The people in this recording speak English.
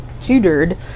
tutored